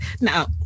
now